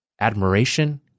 Admiration